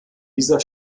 dieser